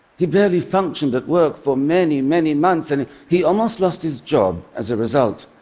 he barely functioned at work for many, many months, and he almost lost his job as a result.